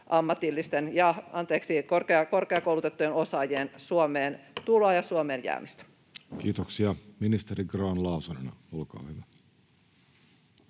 koputtaa] korkeakoulutettujen osaajien Suomeen tuloa ja Suomeen jäämistä. Kiitoksia. — Ministeri Grahn-Laasonen, olkaa hyvä.